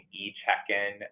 e-check-in